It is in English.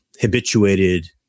habituated